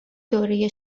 دوره